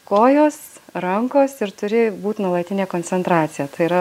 kojos rankos ir turi būt nuolatinė koncentracija tai yra